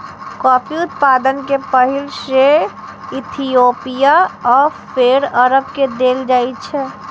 coffee उत्पादन के पहिल श्रेय इथियोपिया आ फेर अरब के देल जाइ छै